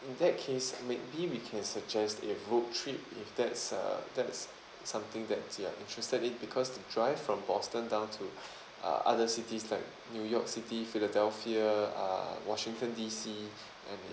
in that case maybe we can suggest a road trip if that's uh that's something that you are interested in because the drive from boston down to uh other cities like new york city philadelphia uh washington D_C and